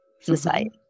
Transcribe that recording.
society